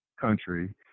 country